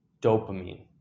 dopamine